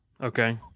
okay